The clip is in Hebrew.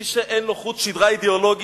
מי שאין לו חוט שדרה אידיאולוגי,